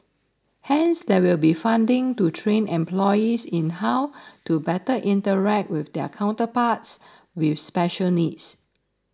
hence there will be funding to train employees in how to better interact with their counterparts with special needs